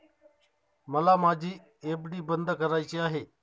मला माझी एफ.डी बंद करायची आहे